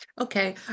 Okay